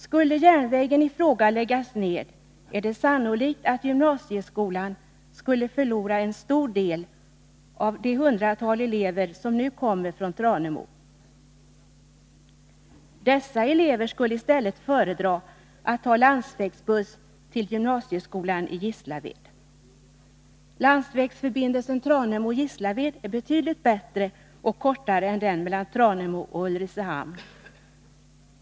Skulle järnvägen i fråga läggas ned är det sannolikt att gymnasieskolan förlorar en stor del av det hundratal elever som nu kommer från Tranemo. Dessa elever skulle föredra att i stället ta landsvägsbuss till gymnasieskolan i Gislaved. Landsvägsförbindelsen Tranemo-Gislaved är betydligt bättre och kortare än den mellan Tranemo och Ulricehamn.